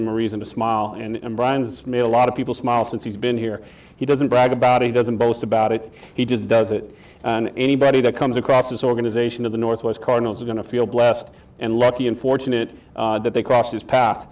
them a reason to smile and brian's made a lot of people smile since he's been here he doesn't brag about it doesn't boast about it he just does it and anybody that comes across this organization to the northwest cardinals are going to feel blessed and lucky and fortunate that they crossed his path